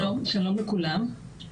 שלום לכולם.